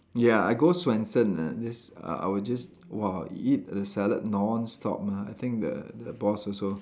ya I go Swensen uh this uh I would just !wah! eat the salad non-stop mah I think the the boss also